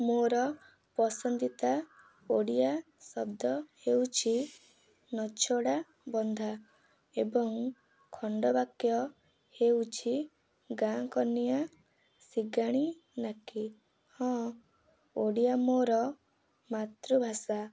ମୋର ପସନ୍ଦିତା ଓଡ଼ିଆ ଶବ୍ଦ ହେଉଛି ନଛୋଡ଼ ବନ୍ଧା ଏବଂ ଖଣ୍ଡବାକ୍ୟ ହେଉଛି ଗାଁ କନିଆଁ ଶିଙ୍ଘାଣିନାକି ହଁ ଓଡ଼ିଆ ମୋର ମାତୃଭାଷା